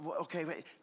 okay